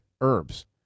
herbs